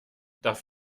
darf